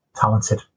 talented